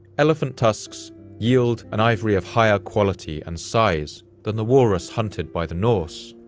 elephant tusks yield an ivory of higher quality and size than the walrus hunted by the norse,